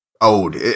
old